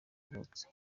yavutse